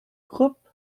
groupe